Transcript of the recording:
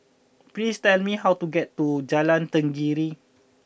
please tell me how to get to Jalan Tenggiri